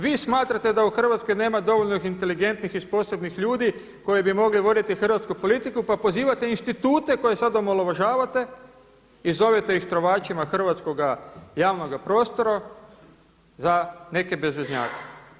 Vi smatrate da u Hrvatskoj nema dovoljno inteligentnih i sposobnih ljudi koji bi mogli voditi Hrvatsku politiku pa pozivate institute koje sada omalovažavate i zovete ih trovačima hrvatskoga javnoga prostora za neke bezveznjake.